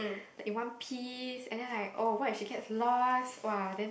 like in one piece and then like oh what if she gets lost !wah! then